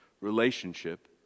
relationship